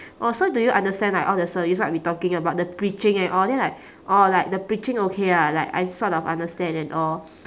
oh so do you understand like all the service what we talking about the preaching and all then like orh like the preaching okay lah like I sort of understand and all